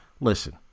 Listen